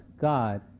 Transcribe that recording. God